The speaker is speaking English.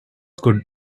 could